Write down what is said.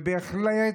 ובהחלט,